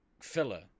filler